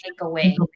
takeaway